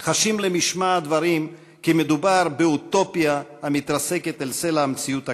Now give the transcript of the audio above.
חשים למשמע הדברים כי מדובר באוטופיה המתרסקת אל סלע המציאות הקשה,